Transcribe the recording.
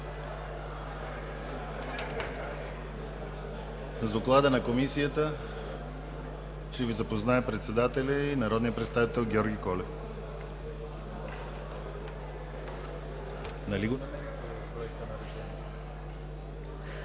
С Доклада на Комисията ще Ви запознае председателя й – народният представител Георги Колев.